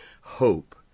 hope